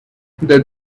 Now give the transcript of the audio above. the